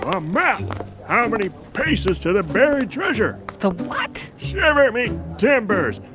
a map. how many paces to the buried treasure? the what? shiver me timbers.